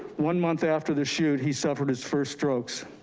one month after the shoot, he suffered his first strokes.